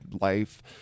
life